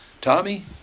Tommy